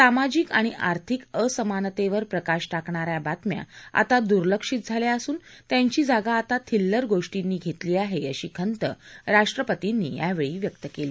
सामाजिक आणि आर्थिक असमानतेवर प्रकाश क्रिणाऱ्या बातम्या आता दुर्लक्षित झाल्या असून त्यांची जागा आता थिल्लर गोष्टींनी घेतली आहे अशी खंत राष्ट्रपतींनी यावेळी व्यक्त केली